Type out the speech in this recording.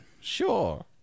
Sure